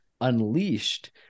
unleashed